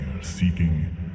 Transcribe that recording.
seeking